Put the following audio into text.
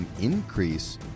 increase